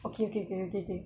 okay okay okay okay